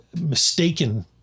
mistaken